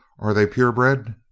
are they pure bred?